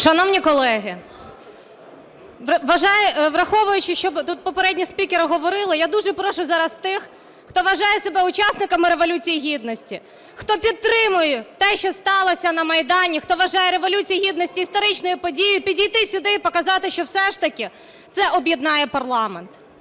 Шановні колеги, враховуючи, що тут попередні спікери говорили, я дуже прошу зараз тих, хто вважає себе учасником Революції Гідності, хто підтримує те, що сталося на Майдані, хто вважає Революцію Гідності історичною подією, підійти сюди і показати, що все ж таки це об'єднає парламент.